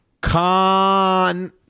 con